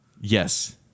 Yes